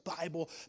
Bible